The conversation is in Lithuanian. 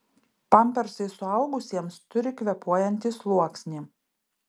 pampersai suaugusiems turi kvėpuojantį sluoksnį